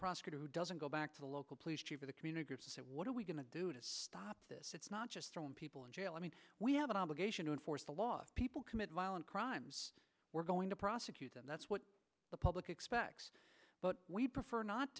prosecutor who doesn't go back to the local police chief or the community or say what are we going to do to stop this it's not just throwing people in jail i mean we have an obligation to enforce the law people commit violent crimes we're going to prosecute and that's what the public expects but we prefer not